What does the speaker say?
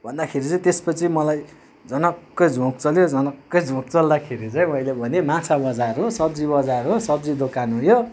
भन्दाखेरि चाहिँ त्यसपछि मलाई झनक्कै झोँक चल्यो झनक्कै झोँक चल्दाखेरि चाहिँ मैले भनेँ माछा बजार हो सब्जी बजार हो सब्जी दोकान हो यो